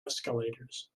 escalators